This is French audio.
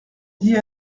dit